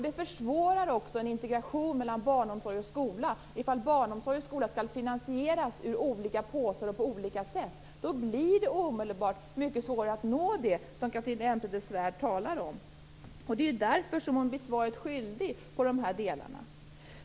Det försvårar också en integration mellan barnomsorg och skola om barnomsorg och skola skall finansieras ur olika påsar och på olika sätt. Då blir det omedelbart mycket svårare att nå det som Catharina Elmsäter-Svärd talar om. Det är därför som hon blir svaret skyldig i de här delarna.